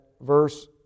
verse